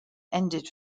ended